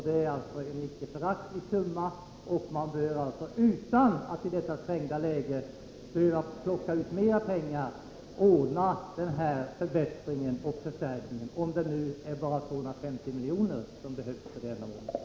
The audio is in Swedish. Det är en icke föraktlig summa och man bör alltså i detta trängda läge, utan att behöva plocka ut mer pengar kunna ordna den här förbättringen och förstärkningen, om det nu är bara 250 milj. som behövs för ändamålet.